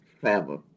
forever